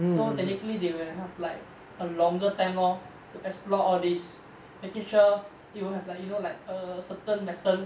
so technically they will have like a longer time lor to explore all this making sure it will have like you know like a certain medicine